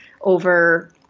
over